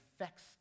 affects